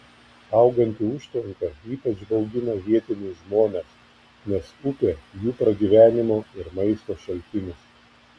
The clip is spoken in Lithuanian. auganti užtvanka ypač baugina vietinius žmones nes upė jų pragyvenimo ir maisto šaltinis